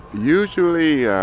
usually